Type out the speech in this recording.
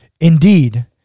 Indeed